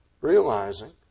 realizing